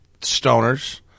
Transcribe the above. stoners